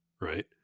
Right